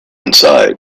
inside